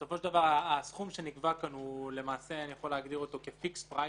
בסופו של דבר הסכום שנקבע פה אני יכול להגדיר אותו כפיקס פרייס.